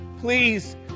please